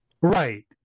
Right